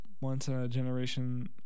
once-in-a-generation